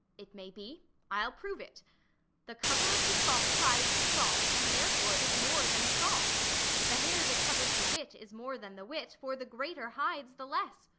it may be i'll prove it the cover of the salt hides the salt, and therefore it is more than the salt the hair that covers the wit is more than the wit, for the greater hides the less.